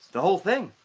the whole thing.